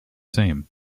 same